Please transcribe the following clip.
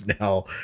now